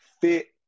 fit